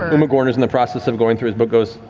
umagorn is in the process of going through his book, goes,